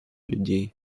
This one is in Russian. людей